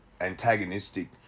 antagonistic